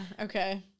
Okay